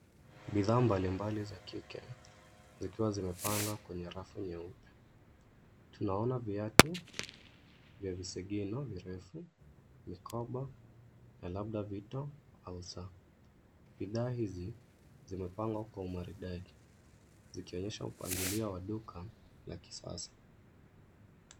Bidhaa mbali mbali za kike zikiwa zimepanga kwenye rafu nyeupe. Tunaona viatu vya vizigino mirefu, mikoba na labda vito au saa. Bidhaa hizi zimepangwa kwa umaridadi, zikionyesha upangilio wa duka la kisasa.